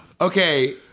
Okay